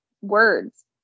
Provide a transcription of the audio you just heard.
words